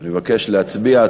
אני מבקש להצביע.